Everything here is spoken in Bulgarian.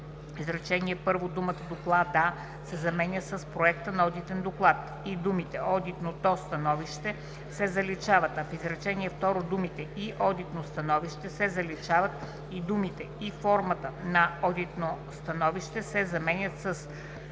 изречение първо думата „доклада“ се заменя с „проекта на одитен доклад“ и думите „одитното становище“ се заличават, а в изречение второ думите „и одитно становище“ се заличават и думите „и формата на одитно становище“ се заменят с